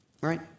Right